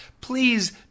Please